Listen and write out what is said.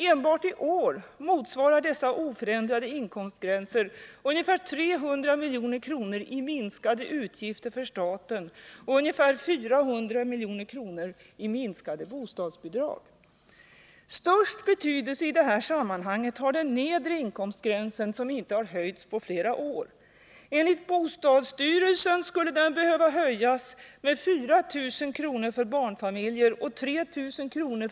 Enbart i år motsvarar dessa oförändrade inkomstgränser ungefär 300 milj.kr. i minskade utgifter för staten och ca 400 milj.kr. i minskade bostadsbidrag. Störst betydelse i detta sammanhang har den nedre inkomstgränsen, som inte höjts på flera år. Enligt bostadsstyrelsen skulle den behöva höjas med 4 000 kr. för barnfamiljer och 3 000 kr.